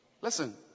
Listen